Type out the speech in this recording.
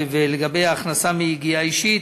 ולגבי ההכנסה מיגיעה אישית